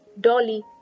Dolly